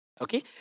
Okay